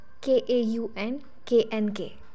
K-A-U-N-K-N-K